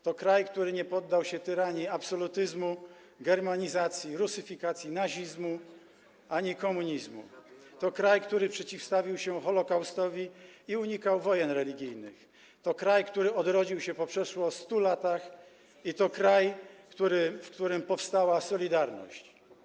To kraj, który nie poddał się tyranii absolutyzmu, germanizacji, rusyfikacji, nazizmu ani komunizmu, to kraj, który przeciwstawił się Holokaustowi i unikał wojen religijnych, to kraj, który odrodził się po przeszło 100 latach, i to kraj, w którym powstała „Solidarność”